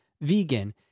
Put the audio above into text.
vegan